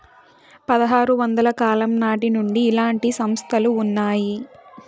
పదహారు వందల కాలం నాటి నుండి ఇలాంటి సంస్థలు ఉన్నాయి